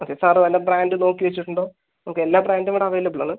അതെ സാറ് വല്ല ബ്രാൻഡ് നോക്കി വെച്ചിട്ട് ഉണ്ടോ നമുക്ക് എല്ലാ ബ്രാൻഡും ഇവിടെ അവൈലബിൾ ആണ്